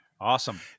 Awesome